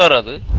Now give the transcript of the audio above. of the